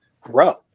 grow